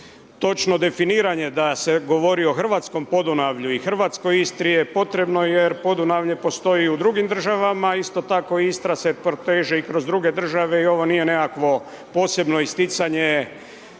točno definiranje da se govori o hrvatskom Podunavlju i hrvatskoj Istri je potrebno jer Podunavlje postoji i u drugim državama, isto tako, Istra se proteže i kroz druge države i ovo nije nekakvo posebno isticanje